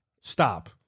Stop